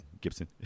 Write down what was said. gibson